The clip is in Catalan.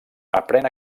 aprèn